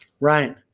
Right